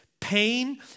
pain